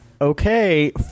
Okay